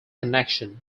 connection